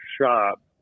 shop